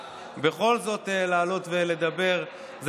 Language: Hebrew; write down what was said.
בכל זאת לעלות ולדבר למרות שהתור שלה כבר עבר.